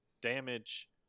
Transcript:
damage